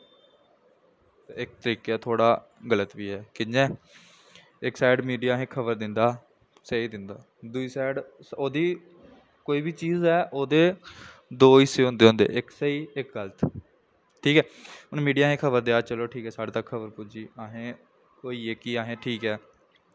इक तरीके दा थोह्ड़ा गल्त बी ऐ कि'यां ऐ इक साइड मीडिया असेंगी खबर दिंदा स्हेई दिंदा दूई साइड ओह्दी कोई बी चीज़ ऐ ओह्दे दो हिस्से होंदे होंदे इक स्हेई इक गल्त ठीक ऐ हून मीडिया असेंगी खबर देआ दा चलो ठीक ऐ साढ़े तक खबर पुज्जी असें कोई जेह्की असें ठीक ऐ